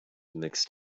mixed